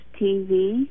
TV